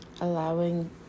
Allowing